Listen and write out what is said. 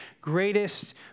greatest